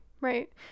Right